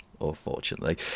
unfortunately